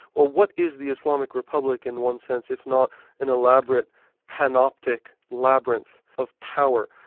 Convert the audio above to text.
well, what is the islamic republic in one sense, if not an elaborate panoptic labyrinth of power,